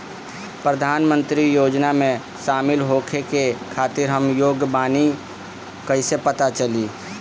प्रधान मंत्री योजनओं में शामिल होखे के खातिर हम योग्य बानी ई कईसे पता चली?